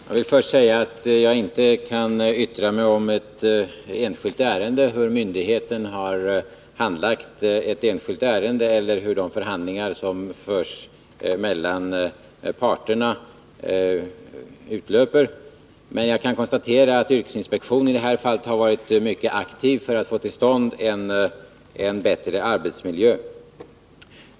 Herr talman! Jag vill först säga att jag inte kan yttra mig om hur en myndighet har handlagt ett enskilt ärende eller hur de förhandlingar som förs mellan parterna avlöper, men jag kan konstatera att yrkesinspektionen i det här fallet har varit mycket aktiv för att få till stånd en bättre arbetsmiljö.